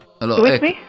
hello